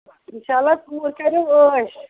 اِنشااللہ کوٗر کَریو ٲش